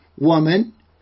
Woman